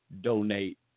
donate